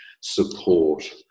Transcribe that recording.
support